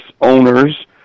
owners